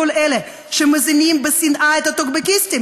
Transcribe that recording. כל אלה שמזינים בשנאה את הטוקבקיסטים.